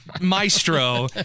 maestro